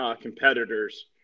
competitors